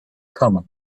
common